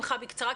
ממש בקצרה,